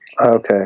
Okay